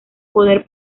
poder